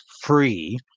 free